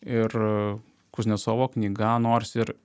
ir kuznecovo knyga nors ir